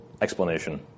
explanation